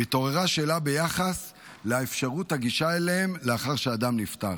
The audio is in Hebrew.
והתעוררה שאלה ביחס לאפשרות הגישה אליהם לאחר שהאדם נפטר.